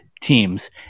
teams